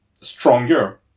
stronger